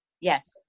Yes